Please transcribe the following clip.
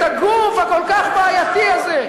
את הגוף הכל-כך בעייתי הזה.